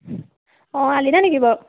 অ আলিদা নিকি বাৰু